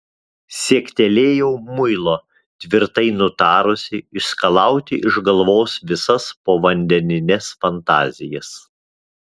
siektelėjau muilo tvirtai nutarusi išskalauti iš galvos visas povandenines fantazijas